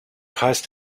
heißt